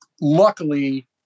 luckily